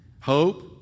hope